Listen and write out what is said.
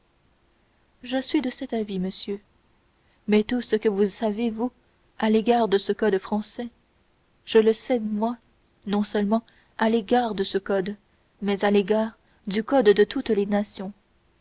je suis de cet avis-là monsieur mais tout ce que vous savez vous à l'égard de ce code français je le sais moi non seulement à l'égard du code de toutes les nations